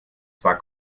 zwar